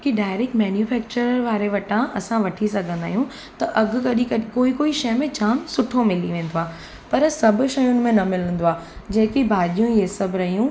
की direct manufacturer वारे वटां असां वठी सघंदा आहियूं त अघु कॾहिं कॾहिं कोई कोई शइ में जामु सुठो मिली वेंदो आहे पर सभु शयुनि में न मिलंदो आहे जेकी भाॼियूं इहे सभु रहियूं